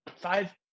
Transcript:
five